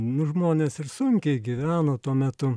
nu žmonės ir sunkiai gyveno tuo metu